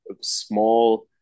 small